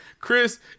Chris